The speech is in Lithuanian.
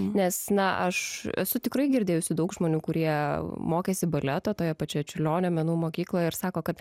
nes na aš esu tikrai girdėjusi daug žmonių kurie mokėsi baleto toje pačioje čiurlionio menų mokykloje ir sako kad